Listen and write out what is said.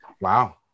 Wow